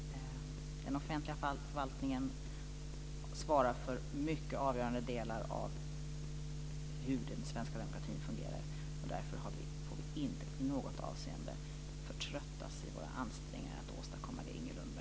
Den offentliga förvaltningen svarar för mycket avgörande delar av hur den svenska demokratin fungerar, och därför får vi inte i något avseende förtröttas i våra ansträngningar att åstadkomma det som Inger